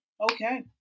Okay